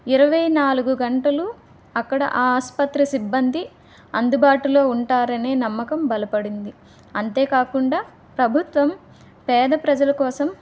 ఇరవై నాలుగు గంటలు అక్కడ ఆ ఆసుపత్రి సిబ్బంది అందుబాటులో ఉంటారనే నమ్మకం బలపడింది అంతేకాకుండా ప్రభుత్వం పేద ప్రజల కోసం